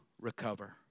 recover